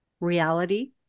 reality